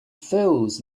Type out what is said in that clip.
fills